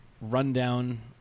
rundown